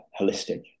holistic